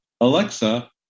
Alexa